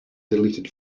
deleted